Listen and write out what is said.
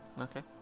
Okay